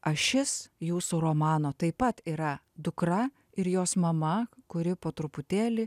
ašis jūsų romano taip pat yra dukra ir jos mama kuri po truputėlį